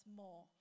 more